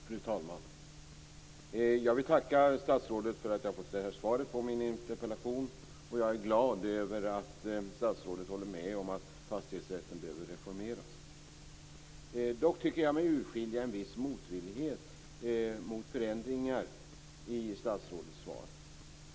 Fru talman! Jag vill tacka statsrådet för att jag fått svar på min interpellation. Jag är glad över att statsrådet håller med om att fastighetsrätten behöver reformeras. Dock tycker jag mig urskilja en viss motvillighet mot förändringar i statsrådets svar.